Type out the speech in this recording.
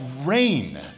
rain